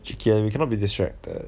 chee ken you cannot be distracted